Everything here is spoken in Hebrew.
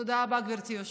תודה רבה, גברתי היושבת-ראש.